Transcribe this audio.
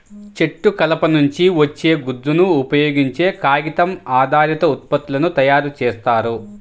చెట్టు కలప నుంచి వచ్చే గుజ్జును ఉపయోగించే కాగితం ఆధారిత ఉత్పత్తులను తయారు చేస్తారు